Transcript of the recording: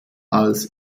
als